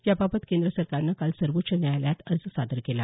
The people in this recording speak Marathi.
या बाबत केंद्र सरकारनं काल सर्वोच्व न्यायालयात अर्ज सादर केला